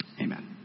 Amen